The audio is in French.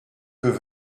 peut